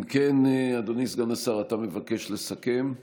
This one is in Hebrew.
אם כן, אדוני סגן השר, אתה מבקש לסכם.